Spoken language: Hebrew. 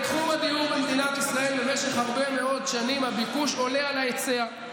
בתחום הדיור במדינת ישראל במשך הרבה מאוד שנים הביקוש עולה על ההיצע.